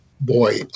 Boy